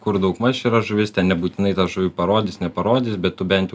kur daugmaž yra žuvis ten nebūtinai tą žuvį parodys neparodys bet tu bent jau